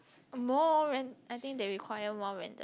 more ran~ I think they require more random